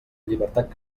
llibertat